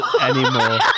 anymore